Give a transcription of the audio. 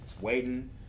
waiting